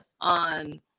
on